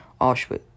Auschwitz